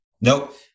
nope